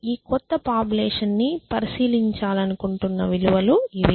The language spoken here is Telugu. ఈ కొత్త పాపులేషన్ ని పరిశీలించాలనుకుంటున్న విలువలు ఇవి